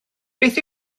beth